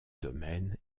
domaine